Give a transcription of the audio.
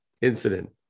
incident